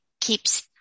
keeps